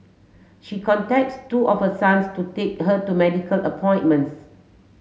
she contacts two of her sons to take her to appointments